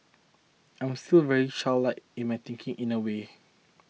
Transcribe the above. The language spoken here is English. I'm still very childlike in my thinking in a way